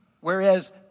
Whereas